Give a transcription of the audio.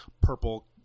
purple